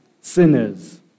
sinners